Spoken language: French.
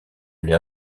les